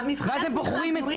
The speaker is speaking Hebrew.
ואז הן בוחרות את זה.